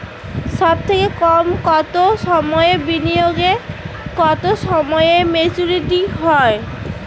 সবথেকে কম কতো সময়ের বিনিয়োগে কতো সময়ে মেচুরিটি হয়?